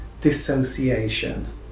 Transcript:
dissociation